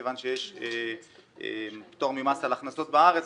מכיוון שיש פטור ממס על הכנסות בארץ,